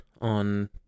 on